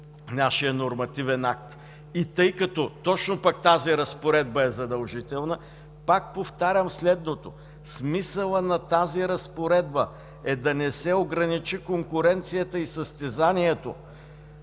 нашият нормативен акт, и тъй като точно пък тази разпоредба е задължителна, пак повтарям следното: смисълът на тази разпоредба е да не се ограничи конкуренцията и състезанието